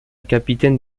capitaine